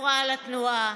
הפרעה לתנועה.